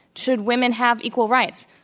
should women have equal rights?